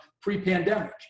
pre-pandemic